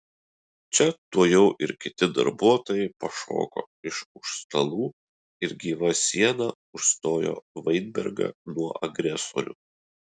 čia tuojau ir kiti darbuotojai pašoko iš už stalų ir gyva siena užstojo vainbergą nuo agresorių